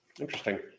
Interesting